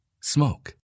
Smoke